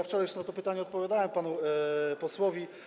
Wczoraj już na to pytanie odpowiadałem panu posłowi.